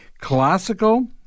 classical